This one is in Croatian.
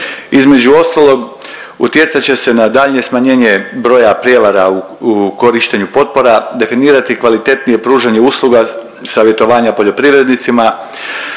Između ostalog utjecat će se na daljnje smanjenje broja prijevara u korištenju potpora, definirati kvalitetnije pružanje usluga savjetovanja poljoprivrednicima,